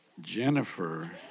Jennifer